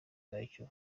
bwacyo